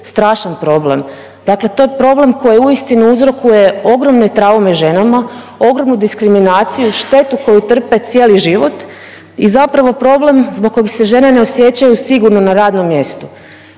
strašan problem. Dakle, to je problem koji uistinu uzrokuje ogromne traume ženama, ogromnu diskriminaciju, štetu koju trpe cijeli život i zapravo problem zbog kojeg se žene ne osjećaju sigurno na radnom mjestu.